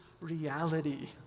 reality